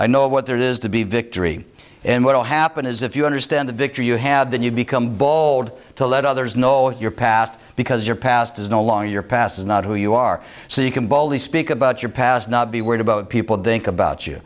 i know what there is to be victory and what'll happen is if you understand the victory you have then you become bold to let others know your past because your past is no longer your past is not who you are so you can bowl the speak about your past not be worried about people think about you